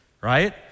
right